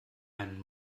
einen